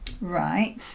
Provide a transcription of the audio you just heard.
Right